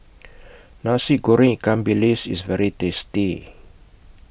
Nasi Goreng Ikan Bilis IS very tasty